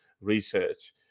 research